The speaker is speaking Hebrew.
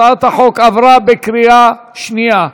הצעת החוק עברה בקריאה שנייה.